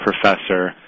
professor